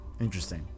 Interesting